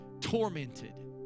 tormented